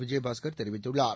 விஜயபாஸ்கர் தெரிவித்துள்ளார்